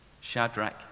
Shadrach